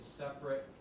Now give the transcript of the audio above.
separate